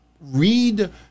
read